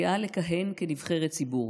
גאה לכהן כנבחרת ציבור